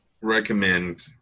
recommend